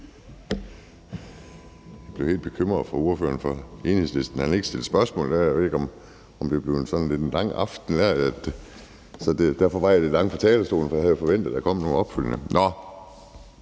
Jeg blev helt bekymret for ordføreren fra Enhedslisten, da han ikke stillede spørgsmål. Jeg ved ikke, om det er blevet sådan en lidt lang aften. Jeg var lidt langt fra talerstolen, for jeg havde forventet, at der kom noget opfølgende. Nå,